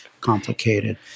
complicated